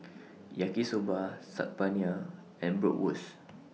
Yaki Soba Saag Paneer and Bratwurst